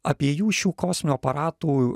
abiejų šių kosminių aparatų